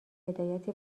هدایت